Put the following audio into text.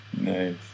Nice